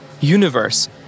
universe